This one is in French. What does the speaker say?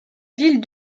ville